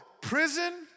prison